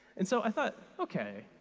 and so i thought, okay,